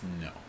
no